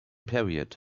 period